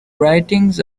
writings